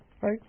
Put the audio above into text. right